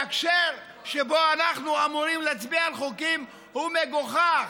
ההקשר שבו אנחנו אמורים להצביע על חוקים הוא מגוחך.